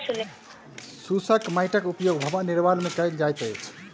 शुष्क माइटक उपयोग भवन निर्माण मे कयल जाइत अछि